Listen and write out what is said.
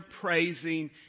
praising